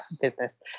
business